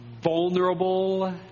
vulnerable